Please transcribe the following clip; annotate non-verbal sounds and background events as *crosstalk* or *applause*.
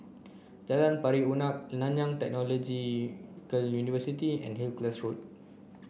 Jalan Pari Unak Nanyang Technological *unintelligible* University and Hillcrest Road